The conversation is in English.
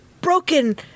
broken